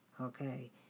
okay